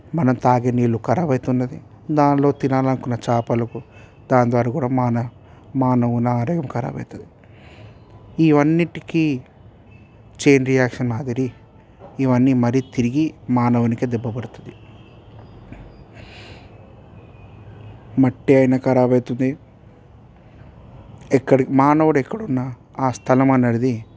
మనం తాగే నీళ్లు ఖరాబ్ అయితున్నది దాంట్లో తినాలనుకున్న చేపలకు దానిద్వారా కూడా మాన మానవుల ఆరోగ్యం కూడా ఖరాబ్ అవుతుంది ఇవి అన్నిటికీ చైన్ రియాక్షన్ మాదిరి ఇవన్నీ మళ్ళీ తిరిగి మానవునికి దెబ్బ పడుతుంది మట్టి అయినా ఖరాబ్ అవుతుంది ఎక్కడికి మానవుడు ఎక్కడున్నా ఆ స్థలం అనేడిది